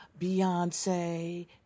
Beyonce